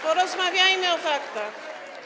Porozmawiajmy o faktach.